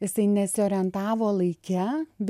jisai nesiorientavo laike